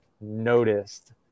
noticed